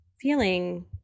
feeling